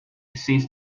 since